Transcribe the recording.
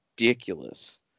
ridiculous